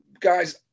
guys